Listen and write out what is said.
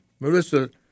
Marissa